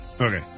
Okay